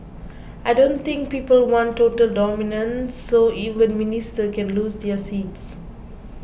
I don't think people want total dominance so even ministers can lose their seats